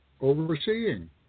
overseeing